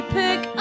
pick